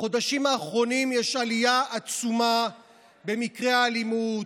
בחודשים האחרונים יש עלייה עצומה במקרי האלימות,